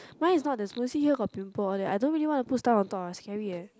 mine is not that smooth see here got pimple all that I don't really wanna put stuff on top ah scary eh